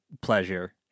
pleasure